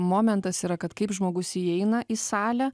momentas yra kad kaip žmogus įeina į salę